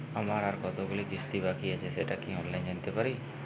আমার আর কতগুলি কিস্তি বাকী আছে সেটা কি অনলাইনে জানতে পারব?